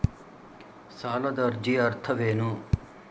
ಸಾಲದ ಅರ್ಜಿಯ ಅರ್ಥವೇನು?